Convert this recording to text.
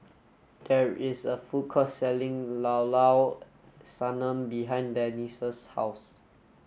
there is a food court selling Llao Llao Sanum behind Denise's house